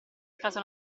casa